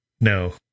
No